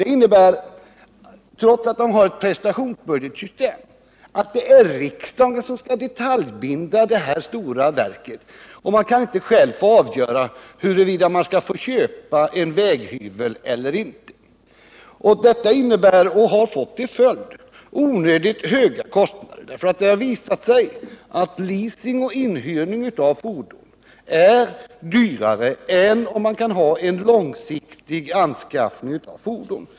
Det innebär att om vägverket har ett prestationsbudgetsystem är det riksdagen som skall detaljbinda detta stora verk, som alltså inte självt kan få avgöra huruvida man skall få köpa en väghyvel eller inte. Detta har fått till följd onödigt höga kostnader. Det har nämligen visat sig att leasing eller annan inhyrning av fordon ställer sig dyrare än om man kunde ha en långsiktig anskaffning av fordon.